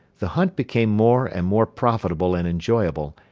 the hunt became more and more profitable and enjoyable,